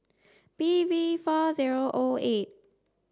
B V four zero O eight